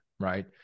right